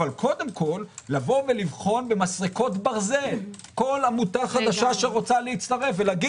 אבל קודם כל לבחון במסרקות ברזל כל עמותה חדשה שרוצה להצטרף ולומר